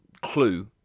clue